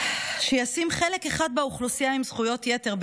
ישים חלק אחד באוכלוסייה עם זכויות יתר,